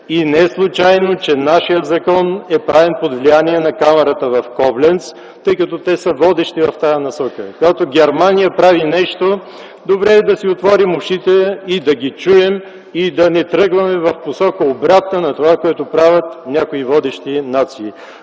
И не е случайно, че нашият закон е правен под влияние на Камарата „Кобленц”, тъй като те са водещи в тази насока. Когато Германия прави нещо, добре е да си отворим ушите, да ги чуем и не тръгваме в обратна посока на онова, което правят някои водещи нации.